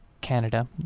Canada